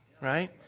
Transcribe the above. right